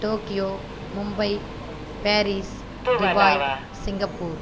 Tokyo Mumbai Paris Dubai Singapore